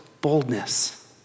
boldness